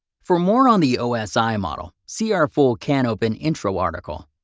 for more on the osi model, see our full canopen intro article.